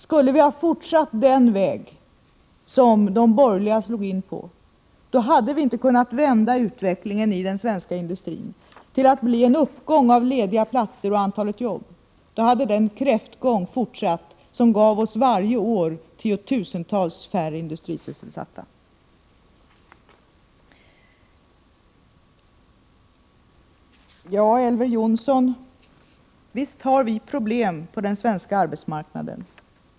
Skulle vi fortsatt den väg som de borgerliga slog in på, då hade vi inte kunnat vända utvecklingen i den svenska industrin till att bli en uppgång av lediga platser och antalet jobb. Då hade den kräftgång fortsatt som varje år gav oss tiotusentals färre industrisysselsatta. Ja, Elver Jonsson, visst har vi problem på den svenska arbetsmarknaden.